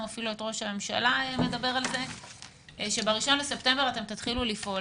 אפילו את ראש הממשלה מדבר על זה שב-1 בספטמבר אתם תתחילו לפעול.